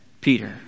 Peter